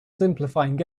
simplifying